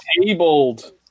Tabled